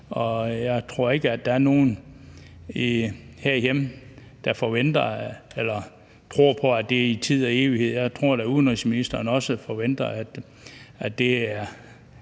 jeg tror ikke, at der er nogen herhjemme, der forventer eller tror på, at det er for tid og evighed. Jeg tror da, at udenrigsministeren også forventer, at det får